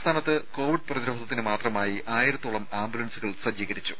സംസ്ഥാനത്ത് കോവിഡ് പ്രതിരോധത്തിന് മാത്രമായി ആയിരത്തോളം ആംബുലൻസുകൾ സജ്ജീകരിച്ചു